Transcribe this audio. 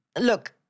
look